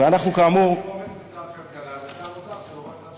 בשביל זה צריך אומץ ושר כלכלה ושר אוצר.